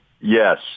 Yes